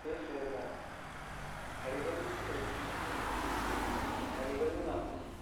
ki n'sʊwemo kari bənən sʊwe gujii kari bən nəngnga gʊjii